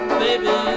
baby